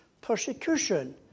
persecution